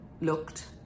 looked